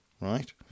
right